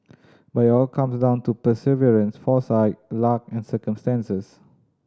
but it all comes down to perseverance foresight luck and circumstances